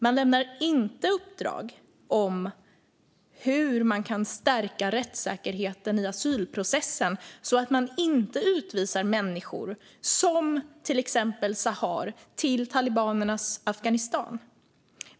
Man lämnar inte uppdrag om hur rättssäkerheten i asylprocessen kan stärkas så att man inte utvisar människor som till exempel Sahar till talibanernas Afghanistan.